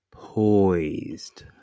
Poised